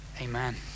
Amen